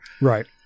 Right